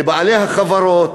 לבעלי החברות,